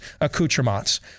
accoutrements